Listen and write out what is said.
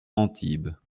antibes